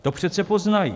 To přece poznají.